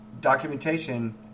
documentation